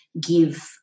give